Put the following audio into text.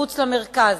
מחוץ למרכז.